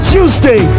Tuesday